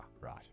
right